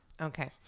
Okay